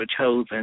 Chosen